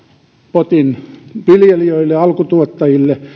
potin viljelijöille alkutuottajille